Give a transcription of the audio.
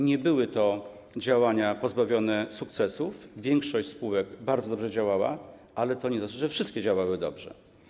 Nie były to działania pozbawione sukcesów, większość spółek bardzo dobrze działała, ale to nie znaczy, że wszystkie działały dobrze.